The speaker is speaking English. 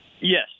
Yes